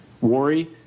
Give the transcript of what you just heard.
worry